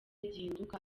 gihinduka